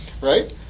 right